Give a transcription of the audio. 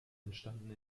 entstanden